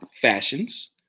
fashions